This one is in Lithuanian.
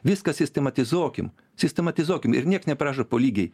viską sistematizuokim sistematizuokim ir nieks neprašo po lygiai